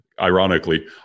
ironically